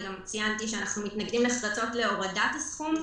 ציינתי שאנחנו מתנגדים נחרצות להורדת הסכום,